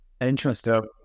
Interesting